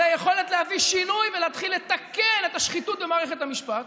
היכולת להביא שינוי ולהתחיל לתקן את השחיתות במערכת המשפט,